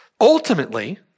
Ultimately